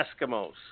Eskimos